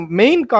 main